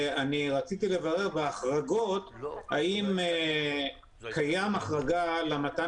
ואני רציתי לברר בהחרגות אם קיימת החרגה למתן